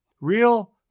Real